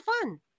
fun